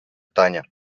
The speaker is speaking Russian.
тане